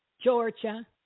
Georgia